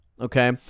okay